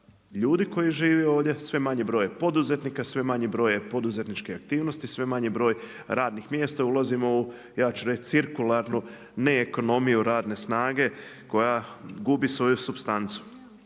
ljudi koji živi ovdje, sve manji broj je poduzetnika, sve manji broj je poduzetničke aktivnosti, sve manji broj radnih mjesta. Ulazimo ja ću reći u cirkularnu ne ekonomiju radne snage koja gubi svoju supstancu.